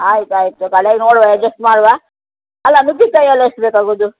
ಆಯ್ತು ಆಯಿತು ಕಡೆಗೆ ನೋಡುವಾ ಅಜ್ಜೆಸ್ಟ್ ಮಾಡುವಾ ಅಲ್ಲ ನುಗ್ಗಿಕಾಯಿ ಎಲ್ಲ ಎಷ್ಟು ಬೇಕಾಗೋದು